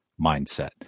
mindset